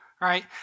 right